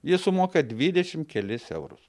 jie sumoka dvidešimt kelis eurus